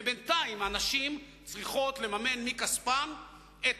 ובינתיים הנשים צריכות לממן מכספן את